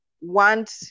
want